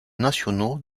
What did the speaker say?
nationaux